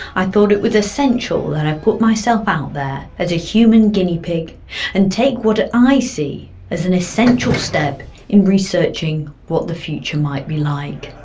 i thought it was essential that i put myself out there as a human guinea pig and take what i see as an essential step in researching what the future might be like.